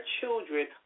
children